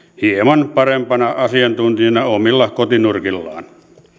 hieman parempana asiantuntijana omilla kotinurkillaan